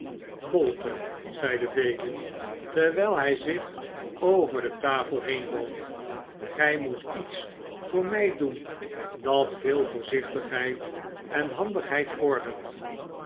bolter zeide fagin terwijl hij zich over de tafel heenboog gij moet iets voor mij doen dat veel voorzichtigheid en handigheid vordert